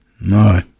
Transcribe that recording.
No